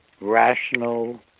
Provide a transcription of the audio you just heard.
rational